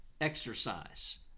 exercise